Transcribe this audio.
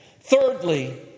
Thirdly